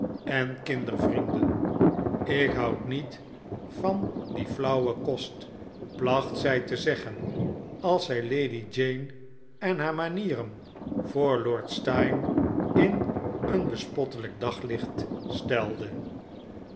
en kindervrienden ikhoud niet van dien flauwen kost placht zij te zeggen als zij lady jane en haar manieren voor lord steyne in een bespottelijk daglicht stelde